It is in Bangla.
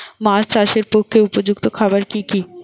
মাছ চাষের পক্ষে উপযুক্ত খাবার কি কি?